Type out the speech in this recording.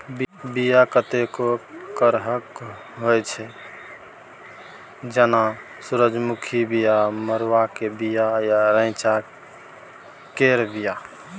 बीया कतेको करहक होइ छै जेना सुरजमुखीक बीया, मरुआक बीया आ रैंचा केर बीया